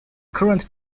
current